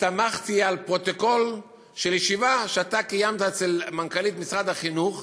הסתמכתי על פרוטוקול של ישיבה שאתה קיימת עם מנכ"לית משרד החינוך